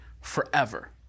forever